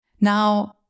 Now